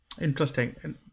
Interesting